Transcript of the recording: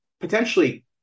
potentially